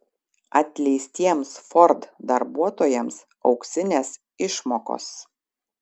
atleistiems ford darbuotojams auksinės išmokos